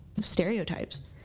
stereotypes